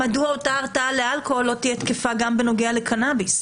מדוע אותה הרתעה לאלכוהול לא תהיה תקיפה גם בנוגע לקנאביס?